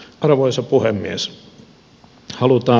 arvoisa puhemies